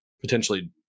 potentially